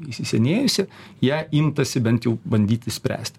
įsisenėjusi ją imtasi bent jau bandyti spręst